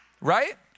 Right